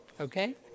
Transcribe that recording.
Okay